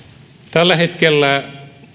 tällä hetkellä